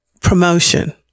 promotion